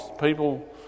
People